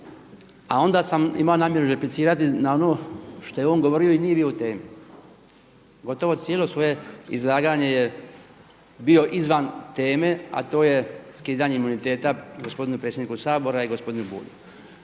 a onda sam imao namjeru replicirati na ono što je on govorio i nije bio u temi. Gotovo cijelo svoje izlaganje je bio izvan teme, a to je skidanje imuniteta gospodinu predsjedniku Sabora i gospodinu Bulju.